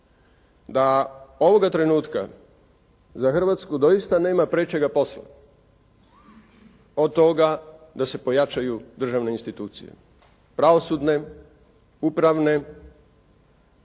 da ovoga trenutka za Hrvatsku doista nema prečega posla od toga da se pojačaju državne institucije, pravosudne, upravne